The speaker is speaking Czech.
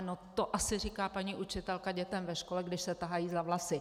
No to asi říká paní učitelka dětem ve škole, když se tahají za vlasy.